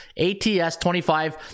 ATS25